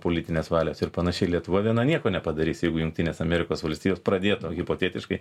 politinės valios ir panašiai lietuva viena nieko nepadarys jeigu jungtinės amerikos valstijos pradėtų hipotetiškai